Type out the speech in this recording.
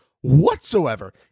whatsoever